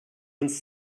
uns